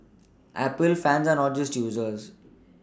Apple fans are not just users